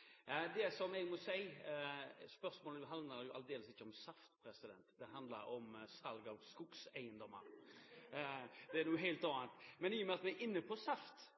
vidare detaljane. Jeg synes det var et ganske dårlig svar, som bærer preg av at representanten Meltveit Kleppa kanskje var statsråd litt for lenge. Spørsmålet mitt handlet aldeles ikke om saft, det handlet om salg av skogseiendommer. Det er noe helt annet. Men i og med at vi er inne på saft: